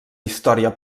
història